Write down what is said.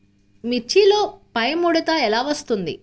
మిర్చిలో పైముడత ఎలా వస్తుంది?